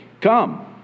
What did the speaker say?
Come